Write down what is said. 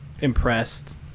impressed